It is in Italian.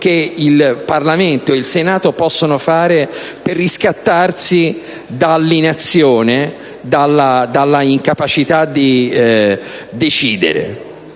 il Parlamento, il Senato possono fare per riscattarsi dall'inazione, dalla incapacità di decidere.